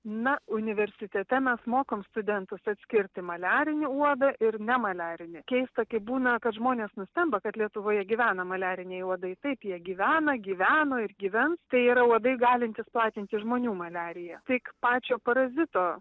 na universitete mes mokom studentus atskirti maliarinį uodą ir ne maliarinį keista kaip būna kad žmonės nustemba kad lietuvoje gyvena maliariniai uodai taip jie gyvena gyveno ir gyvens tai yra uodai galintys platinti žmonių maliariją tik pačio parazito